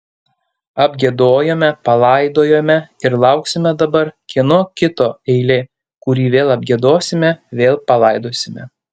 apgiedojome palaidojome ir lauksime dabar kieno kito eilė kurį vėl apgiedosime vėl palaidosime